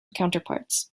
counterparts